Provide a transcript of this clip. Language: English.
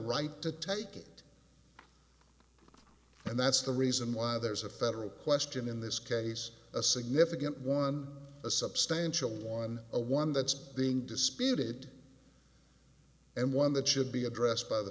right to take it and that's the reason why there's a federal question in this case a significant one a substantial one a one that's being disputed and one that should be addressed by the